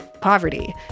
poverty